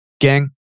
Gang